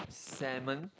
salmon